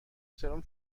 سرم